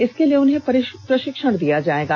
इसके लिए उन्हें प्रषिक्षण दिया जाएगा